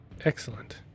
Excellent